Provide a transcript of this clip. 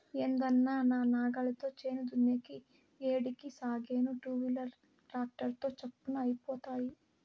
ఏందన్నా నా నాగలితో చేను దున్నేది ఏడికి సాగేను టూవీలర్ ట్రాక్టర్ తో చప్పున అయిపోతాది